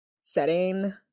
setting